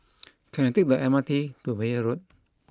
can I take the M R T to Meyer Road